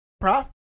Prof